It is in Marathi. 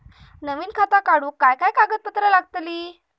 नवीन खाता काढूक काय काय कागदपत्रा लागतली?